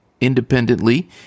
independently